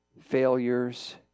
failures